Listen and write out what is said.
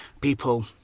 people